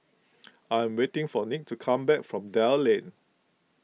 I am waiting for Nick to come back from Dell Lane